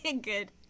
good